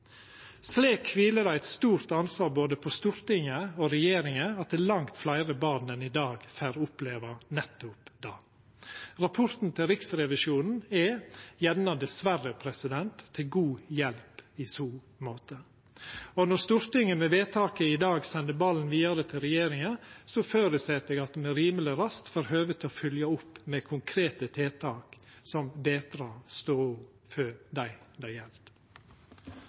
Slik kviler det eit stort ansvar på både Stortinget og regjeringa for at langt fleire barn enn i dag får oppleva nettopp det. Rapporten til Riksrevisjonen er, gjerne dessverre, til god hjelp i så måte. Når Stortinget ved vedtaket i dag sender ballen vidare til regjeringa, føreset eg at me rimeleg raskt får høve til å følgja opp med konkrete tiltak, som betrar stoda for dei det gjeld.